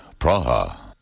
Praha